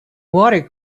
water